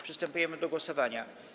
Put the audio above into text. Przystępujemy do głosowania.